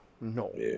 No